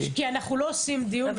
אנחנו לא עושים דיון,